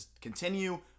continue